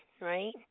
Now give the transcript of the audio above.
right